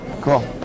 Cool